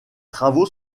travaux